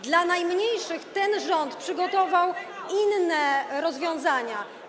Dla najmniejszych ten rząd przygotował inne rozwiązania.